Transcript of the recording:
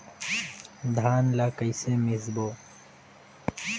धान ला कइसे मिसबो?